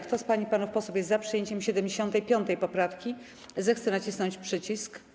Kto z pań i panów posłów jest za przyjęciem 75. poprawki, zechce nacisnąć przycisk.